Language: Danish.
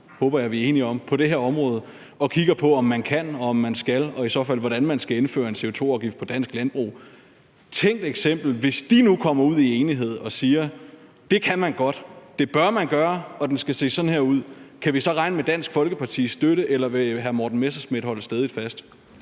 håber jeg vi enige om – på det her område og kigger på, om man kan, og om man skal og i så fald, hvordan man skal indføre en CO2-afgift på dansk landbrug. Et tænkt eksempel er: Hvis de nu kommer ud i enighed og siger, at det kan man godt, at det bør man gøre, og den skal se sådan her ud, kan vi så regne med Dansk Folkepartis støtte, eller vil hr. Morten Messerschmidt holde stædigt fast?